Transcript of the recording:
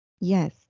yes